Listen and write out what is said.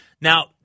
Now